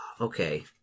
Okay